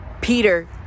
Peter